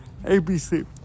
ABC